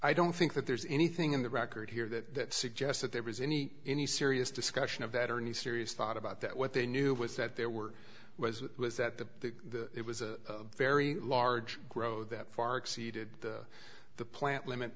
i don't think that there's anything in the record here that suggests that there was any any serious discussion of that or need serious thought about that what they knew was that there were was was that the it was a very large grow that far exceeded the plant limit